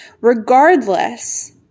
Regardless